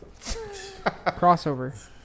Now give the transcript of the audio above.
Crossover